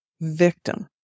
victim